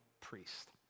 priest